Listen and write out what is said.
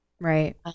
right